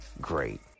great